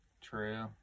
True